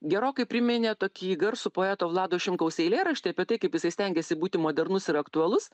gerokai priminė tokį garsų poeto vlado šimkaus eilėraštį apie tai kaip jisai stengiasi būti modernus ir aktualus